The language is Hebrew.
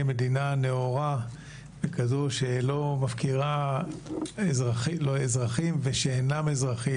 מדינה נאורה וכזו שלא מפקירה אזרחים ושאינם אזרחים,